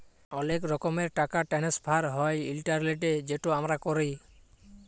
অলেক রকমের টাকা টেনেসফার হ্যয় ইলটারলেটে যেট আমরা ক্যরি